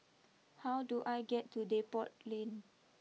how do I get to Depot Lane